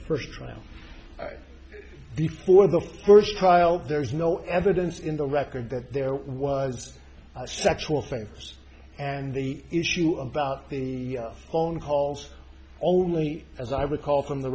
first trial before the first trial there was no evidence in the record that there was sexual favors and the issue about the phone calls only as i recall from the